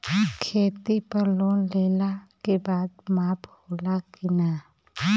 खेती पर लोन लेला के बाद माफ़ होला की ना?